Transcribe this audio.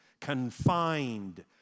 confined